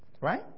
Right